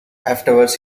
afterwards